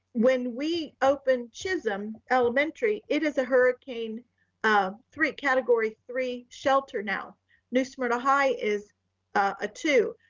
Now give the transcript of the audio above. when we opened chisholm elementary it is a hurricane um three category three shelter now new smyrna high is a two,